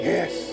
Yes